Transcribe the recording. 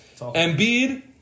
Embiid